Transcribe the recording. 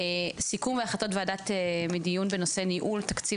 סיכום והחלטות וועדה מדיון בנושא ניהול תקציב